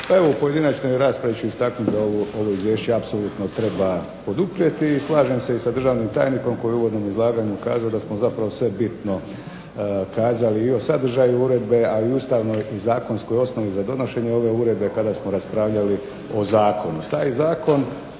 Pa evo u pojedinačnoj raspravi ću istaknut da ovo izvješće apsolutno treba poduprijeti i slažem se i sa državnim tajnikom koji je u uvodnom izlaganju kazao da smo zapravo sve bitno kazali i o sadržaju uredbe, a i ustavnoj, zakonskoj osnovi za donošenje ove uredbe kada smo raspravljali o zakonu.